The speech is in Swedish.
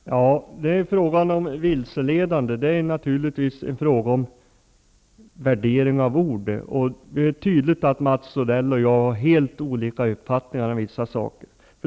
Fru talman! När det gäller vilseledande rör det sig naturligtvis om en värdering av ord. Det är tydligt att Mats Odell och jag har helt olika uppfattningar om vissa saker.